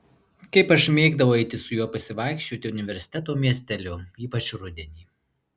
kaip aš mėgdavau eiti su juo pasivaikščioti universiteto miesteliu ypač rudenį